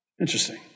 Interesting